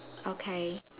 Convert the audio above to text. okay